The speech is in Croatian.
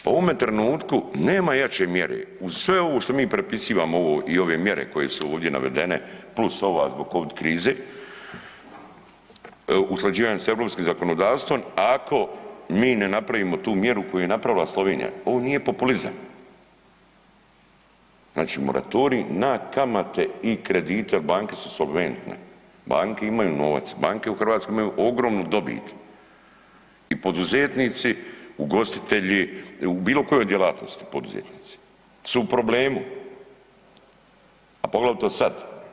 U ovome trenutku nema jače mjere uz sve ovo što mi prepisivamo ovo i ove mjere koje su ovdje navedene plus ova zbog covid krize, usklađivanje sa europskim zakonodavstvom, ako mi ne napravimo tu mjeru koju je napravila Slovenija, ovo nije populizam, znači moratorij na kamate i kredite jer banke su solventne, banke imaju novac, banke u Hrvatskoj imaju ogromnu dobit i poduzetnici, ugostitelji u bilo kojoj djelatnosti poduzetnici su u problemu, a poglavito sad.